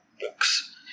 books